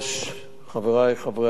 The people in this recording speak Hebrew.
חברי חברי הכנסת,